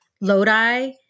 Lodi